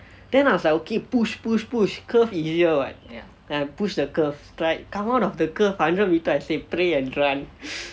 then I was like okay keep push push push curve is easier what yeah then I push the curve right come out of the curve hundred meter I say pray and run